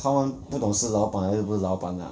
他们不懂是老板还是不是老板 lah